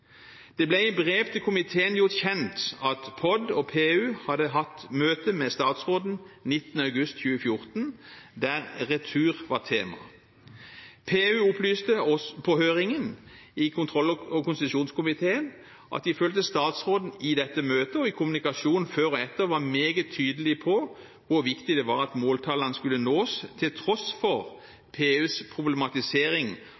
Det ble i brev til komiteen gjort kjent at POD og PU hadde hatt møte med statsråden 19. august 2014 der retur var tema. PU opplyste oss på høringen i kontroll- og konstitusjonskomiteen at de følte statsråden i dette møtet og i kommunikasjonen før og etter var meget tydelig på hvor viktig det var at måltallene skulle nås, til tross for PUs problematisering